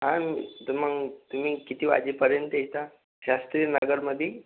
अन् तर मग तुम्ही किती वाजेपर्यंत येता शास्त्रीनगरमध्ये